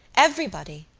everybody.